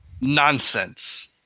nonsense